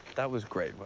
that was great. but